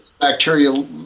Bacteria